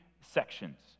sections